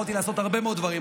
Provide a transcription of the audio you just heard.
יכולתי לעשות הרבה מאוד דברים,